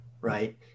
right